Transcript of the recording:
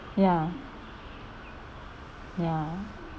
ya ya